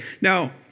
Now